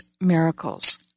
miracles